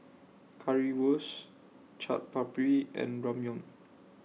Currywurst Chaat Papri and Ramyeon